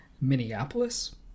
Minneapolis